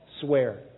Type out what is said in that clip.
swear